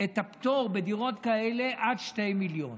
את הפטור בדירות כאלה עד 2 מיליון,